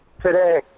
today